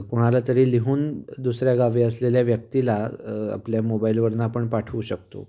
कोणाला तरी लिहून दुसऱ्या गावी असलेल्या व्यक्तीला आपल्या मोबाईलवरून आपण पाठवू शकतो